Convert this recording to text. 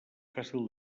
fàcil